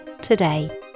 today